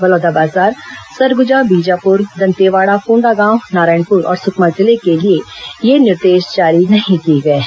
बलौदाबाजार सरगुजा बीजापुर दंतेवाड़ा कोंडागांव नारायणपुर और सुकमा जिले के लिए यह निर्देश जारी नहीं किए गए हैं